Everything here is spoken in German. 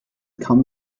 kaum